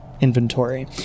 inventory